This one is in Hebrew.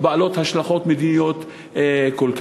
בעלות השלכות מדיניות משמעותיות כל כך.